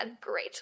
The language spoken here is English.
great